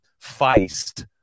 feist